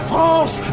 France